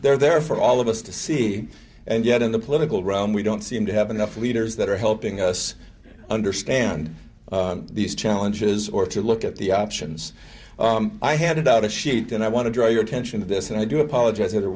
they're there for all of us to see and yet in the political realm we don't seem to have enough leaders that are helping us understand these challenges or to look at the options i handed out a sheet and i want to draw your attention to this and i do apologize or